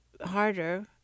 harder